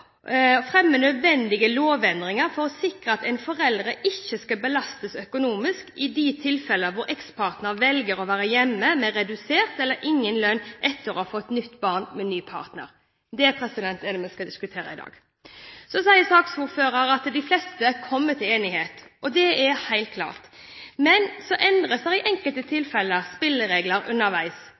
fremme nødvendige lovendringer for å sikre at en forelder ikke skal belastes økonomisk i de tilfeller hvor ekspartneren velger å være hjemme med redusert eller ingen lønn etter å ha fått nytt barn med ny partner.» Det er det vi skal diskutere i dag. Så sier saksordføreren at de fleste kommer til enighet – det er helt klart – men så endres spillereglene i enkelte tilfeller underveis